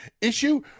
issue